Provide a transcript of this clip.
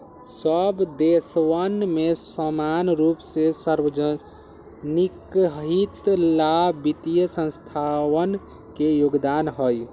सब देशवन में समान रूप से सार्वज्निक हित ला वित्तीय संस्थावन के योगदान हई